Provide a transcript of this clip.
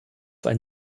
ein